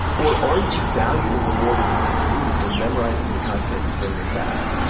or are you valued and rewarded as a student for memorizing the content and saying it back.